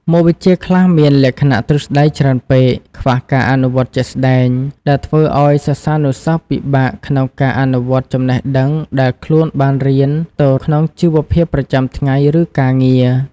មុខវិជ្ជាខ្លះមានលក្ខណៈទ្រឹស្តីច្រើនពេក ខ្វះការអនុវត្តជាក់ស្តែង ដែលធ្វើឱ្យសិស្សានុសិស្សពិបាកក្នុងការអនុវត្តចំណេះដឹងដែលខ្លួនបានរៀនទៅក្នុងជីវភាពប្រចាំថ្ងៃ ឬការងារ។